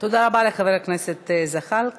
תודה רבה לחבר הכנסת זחאלקה.